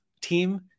team